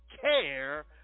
care